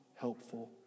helpful